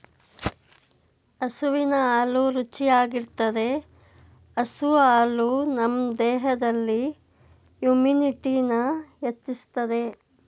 ಹಸುವಿನ ಹಾಲು ರುಚಿಯಾಗಿರ್ತದೆ ಹಸು ಹಾಲು ನಮ್ ದೇಹದಲ್ಲಿ ಇಮ್ಯುನಿಟಿನ ಹೆಚ್ಚಿಸ್ತದೆ